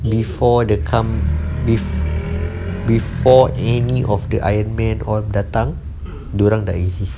before the come bef~ before any of the iron man all datang dia orang tak exist